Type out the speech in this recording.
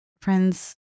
friends